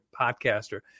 podcaster